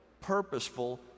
purposeful